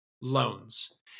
loans